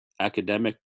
academic